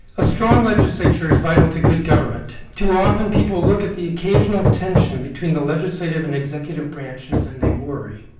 a strong legislature is vital to good government. too often, people look at the occasional tension between the legislative and executive branches and they worry.